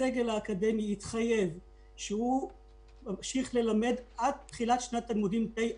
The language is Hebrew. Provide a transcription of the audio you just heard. הסגל האקדמי התחייב שהוא ממשיך ללמד עד תחילת שנת הלימודים תשפ"א,